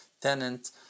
tenant